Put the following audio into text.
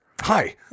hi